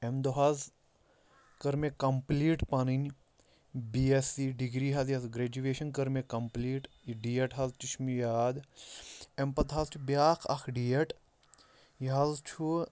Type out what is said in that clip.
اَمہِ دۄہ حظ کٔر مےٚ کَمپٕلیٖٹ پَنٕنۍ بی ایس سی ڈِگری حظ یَس گریجویشَن کٔر مےٚ کَمپٕلیٖٹ یہِ ڈیٹ حظ تہِ چھُ مےٚ یاد اَمہِ پَتہٕ حظ چھُ بیٛاکھ اکھ ڈیٹ یہِ حظ چھُ